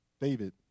David